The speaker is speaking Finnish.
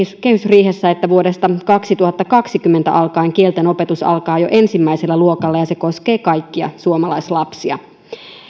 kehysriihessä että vuodesta kaksituhattakaksikymmentä alkaen kieltenopetus alkaa jo ensimmäisellä luokalla ja se koskee kaikkia suomalaislapsia